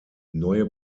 neue